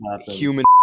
human